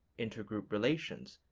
inter-group relations,